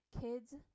kids